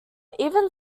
even